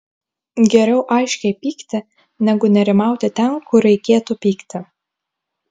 geriau aiškiai pykti negu nerimauti ten kur reikėtų pykti